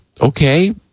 Okay